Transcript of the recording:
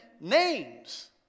names